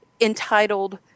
entitled